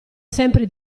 sempre